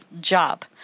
job